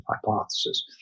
hypothesis